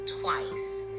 twice